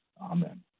amen